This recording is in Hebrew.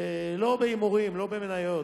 לא בהימורים, לא במניות,